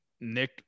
Nick